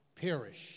perish